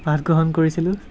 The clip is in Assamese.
পাঠ গ্ৰহণ কৰিছিলোঁ